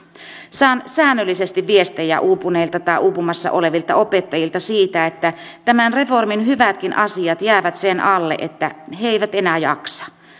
saan säännöllisesti viestejä uupuneilta tai uupumassa olevilta opettajilta siitä että tämän reformin hyvätkin asiat jäävät sen alle että he eivät enää jaksa